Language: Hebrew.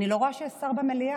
אני לא רואה שיש שר במליאה.